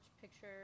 picture